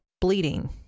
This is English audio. bleeding